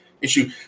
issue